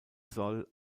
soll